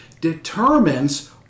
determines